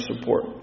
support